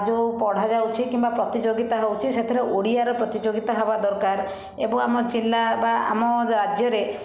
ଯେଉଁ ପଢ଼ା ଯାଉଛି କିମ୍ବା ପ୍ରତିଯୋଗିତା ହେଉଛି ସେଥିରେ ଓଡ଼ିଆରେ ପ୍ରତିଯୋଗିତା ହେବା ଦରକାର ଏବଂ ଆମ ଜିଲ୍ଲା ବା ଆମ ରାଜ୍ୟରେ